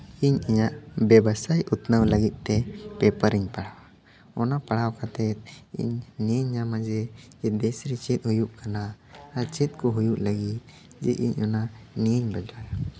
ᱤᱧ ᱤᱧᱟᱹᱜ ᱵᱮ ᱵᱟᱥᱟᱭ ᱩᱛᱱᱟᱹᱣ ᱞᱟᱹᱜᱤᱫ ᱛᱮ ᱯᱮᱯᱟᱨᱤᱧ ᱯᱟᱲᱦᱟᱣᱟ ᱚᱱᱟ ᱯᱟᱲᱦᱟᱣ ᱠᱟᱛᱮ ᱤᱧ ᱱᱤᱭᱟᱹᱧ ᱧᱟᱢᱟ ᱡᱮ ᱫᱮᱥ ᱨᱮ ᱪᱮᱫ ᱠᱚ ᱦᱩᱭᱩᱜ ᱠᱟᱱᱟ ᱟᱨ ᱪᱮᱫ ᱠᱚ ᱦᱩᱭᱩᱜ ᱞᱟᱹᱜᱤᱫ ᱡᱮ ᱤᱧ ᱚᱱᱟ ᱱᱤᱭᱟᱹᱧ ᱵᱟᱰᱟᱭᱟ